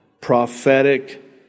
prophetic